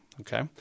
okay